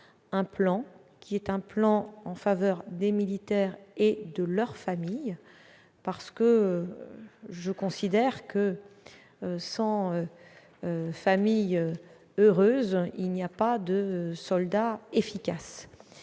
jours un plan en faveur des militaires et de leurs familles. Je considère que, sans famille heureuse, il n'y a pas de soldat efficace.